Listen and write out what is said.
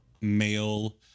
male